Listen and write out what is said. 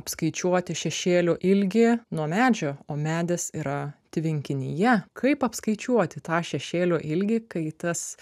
apskaičiuoti šešėlio ilgį nuo medžio o medis yra tvenkinyje kaip apskaičiuoti tą šešėlio ilgį kai tas